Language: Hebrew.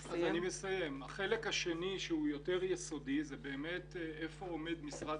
החלק השני שהוא יותר יסודי הוא היכן עומד משרד